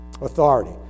authority